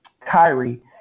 Kyrie